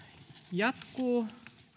jatkuu